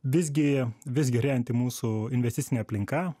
visgi vis gerėjanti mūsų investicinė aplinka